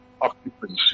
occupancy